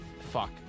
Fuck